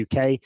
UK